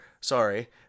Sorry